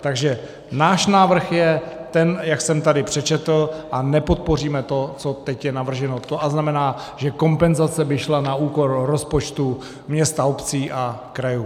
Takže náš návrh je ten, jak jsem tady přečetl, a nepodpoříme to, co teď je navrženo, to znamená, že kompenzace by šla na úkor rozpočtů měst a obcí a krajů.